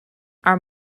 are